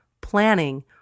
planning